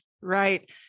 Right